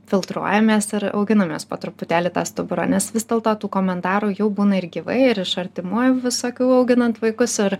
filtruojamės ir auginamės po truputėlį tą stuburą nes vis dėlto tų komentarų jau būna ir gyvai ir iš artimųjų visokių auginant vaikus ir